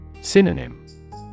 Synonym